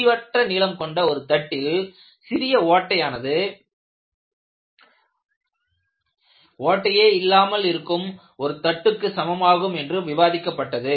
முடிவற்ற நீளம் கொண்ட ஒரு தட்டில் சிறிய ஓட்டையானது ஓட்டையே இல்லாமல் இருக்கும் ஒரு தட்டுக்கு சமமாகும் என்று விவாதிக்கப்பட்டது